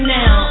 now